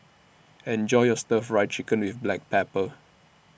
Enjoy your Stir Fry Chicken with Black Pepper